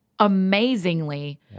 amazingly